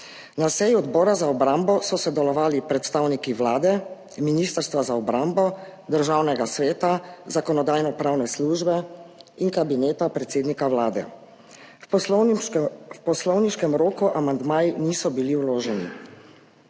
Na seji Odbora za obrambo so sodelovali predstavniki Vlade, Ministrstva za obrambo, Državnega sveta, Zakonodajno-pravne službe in Kabineta predsednika Vlade. V poslovniškem roku amandmaji niso bili vloženi.